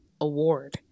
award